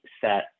set